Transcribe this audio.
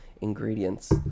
Ingredients